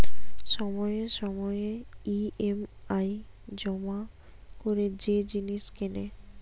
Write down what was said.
সময়ে সময়ে ই.এম.আই জমা করে যে জিনিস কেনে